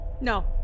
No